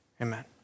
Amen